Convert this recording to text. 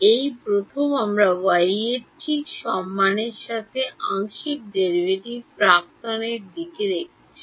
এই প্রথম আমরা Y এর ঠিক সম্মানের সাথে আংশিক ডেরাইভেটিভ প্রাক্তনের দিকে দেখছি